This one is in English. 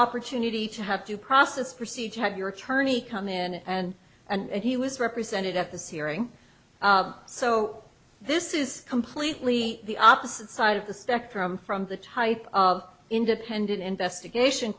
opportunity to have to process procedure had your attorney come in and and he was represented at the searing so this is completely the opposite side of the spectrum from the type of independent investigation